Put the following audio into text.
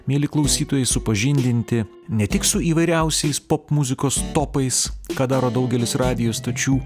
mieli klausytojai supažindinti ne tik su įvairiausiais popmuzikos topais ką daro daugelis radijo stočių